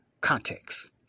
Context